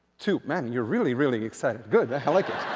two. man, you're really, really excited good, i like it!